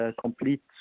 complete